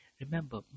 Remember